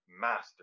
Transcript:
master